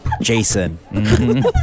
Jason